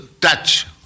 touch